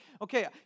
okay